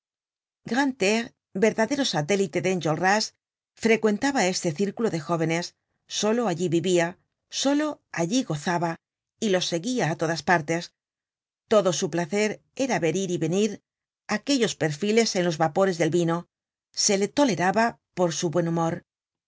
grantaire verdadero satélite de enjolras frecuentaba este círculo de jóvenes solo allí vivia solo allí gozaba y los seguia á todas partes todo su placer era ver ir y venir aquellos perfiles en los vapores del vino se le toleraba por su buen humor